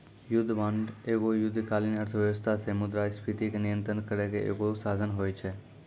युद्ध बांड एगो युद्धकालीन अर्थव्यवस्था से मुद्रास्फीति के नियंत्रण करै के एगो साधन होय छै